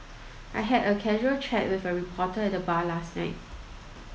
I had a casual chat with a reporter at the bar last night